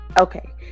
okay